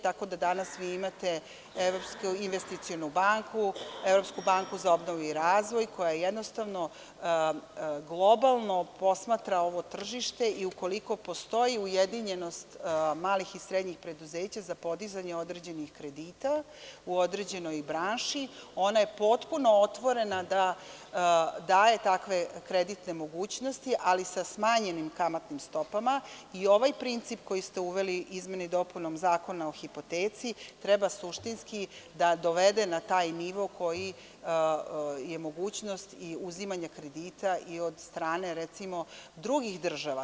Tako da danas vi imate Evropsku investicionu banku, Evropsku banku za obnovu i razvoj, koja je jednostavno, globalno posmatra ovo tržište i u koliko postoji ujedinjenost malih i srednjih preduzeća za podizanje određenih kredita, u određenoj branši ona je potpuno otvorena da daje takve kreditne mogućnosti, ali sa smanjenim kamatnim stopama i ovaj princip koji ste uveli izmenom i dopunom Zakona o hipoteci treba suštinski da dovede na taj nivo koji je mogućnost i uzimanje kredita i od strane, recimo, drugih država.